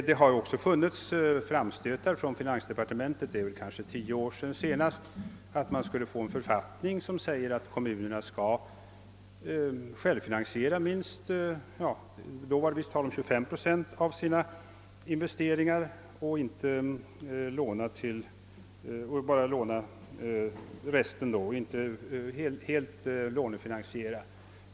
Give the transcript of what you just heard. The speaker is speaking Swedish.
Även finansdepartementet har gjort framstötar — det är väl tio år sedan det skedde senast — om att vi skulle få en författning som stadgar att kommu nerna skall självfinansiera minst 25 procent, som det då var tänkt, av sina investeringar och låna till resten. Man skulle alltså inte helt lånefinansiera.